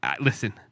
listen